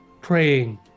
praying